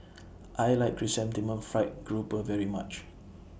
I like Chrysanthemum Fried Garoupa very much